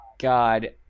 God